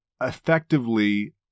Effectively